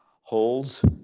holds